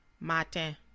Matin